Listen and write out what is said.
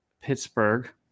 Pittsburgh